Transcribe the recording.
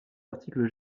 articles